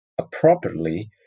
appropriately